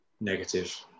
negative